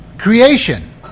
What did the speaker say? creation